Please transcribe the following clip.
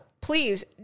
please